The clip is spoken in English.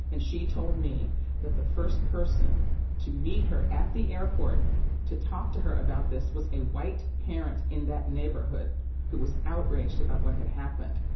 and she told me that the first person to meet her at the airport to talk to her about this, was a white parent in that neighborhood who was outraged about what had happened.